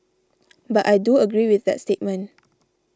but I do agree with that statement